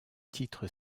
titre